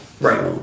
Right